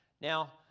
Now